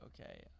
okay